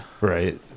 Right